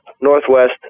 Northwest